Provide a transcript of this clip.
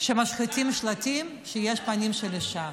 משחיתים שלטים כשיש פנים של אישה,